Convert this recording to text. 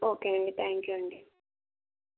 okay అండి thank you అండి